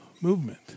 movement